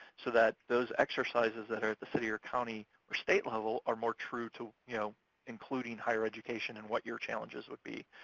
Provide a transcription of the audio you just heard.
so that those exercises that are at the city or county or state level are more true to you know including higher education and what your challenges would be.